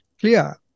clear